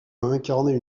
incarner